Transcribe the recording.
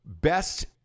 Best